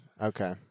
Okay